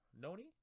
Noni